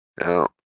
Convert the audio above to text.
Now